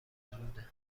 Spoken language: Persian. زوده